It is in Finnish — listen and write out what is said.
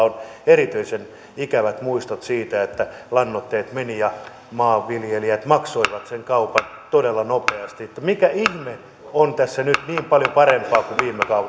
on erityisen ikävät muistot siitä että lannoitteet menivät ja maanviljelijät maksoivat sen kaupan todella nopeasti mikä ihme on tässä nyt niin paljon parempaa kuin